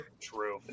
True